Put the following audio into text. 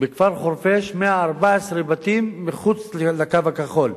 בכפר חורפיש 114 בתים מחוץ ל"קו הכחול",